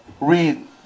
read